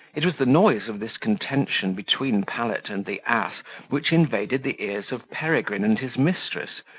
it was the noise of this contention between pallet and the ass which invaded the ears of peregrine and his mistress,